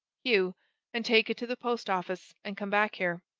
hugh and take it to the post-office, and come back here.